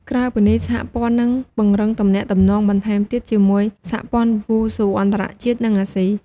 ក្រៅពីនេះសហព័ន្ធនឹងពង្រឹងទំនាក់ទំនងបន្ថែមទៀតជាមួយសហព័ន្ធវ៉ូស៊ូអន្តរជាតិ និងអាស៊ី។